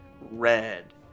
red